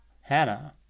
hannah